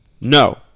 no